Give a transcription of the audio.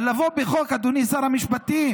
אבל לבוא בחוק, אדוני שר המשפטים,